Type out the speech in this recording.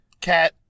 cat